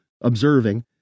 observing